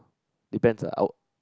depends lah our